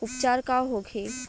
उपचार का होखे?